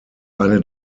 eine